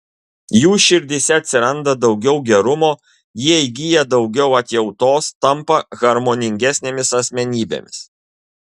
jų širdyse atsiranda daugiau gerumo jie įgyja daugiau atjautos tampa harmoningesnėmis asmenybėmis